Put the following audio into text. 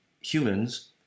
humans